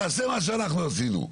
תעשה מה שאנחנו עשינו.